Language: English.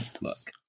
Look